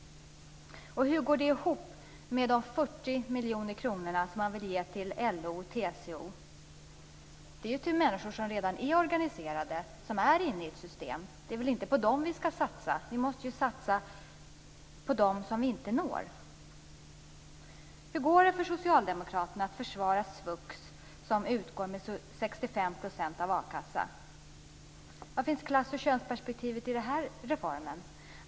Och hur går det ihop med de 40 miljoner kronor som man vill ge till LO och TCO? Det är ju människor som redan är organiserade och inne i ett system. Det är väl inte på dem vi skall satsa. Vi måste ju satsa på dem som vi inte når. Hur går det för socialdemokraterna att försvara svux, som utgår med 65 % av a-kassa? Var finns klass och könsperspektivet i den reformen.